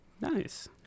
Nice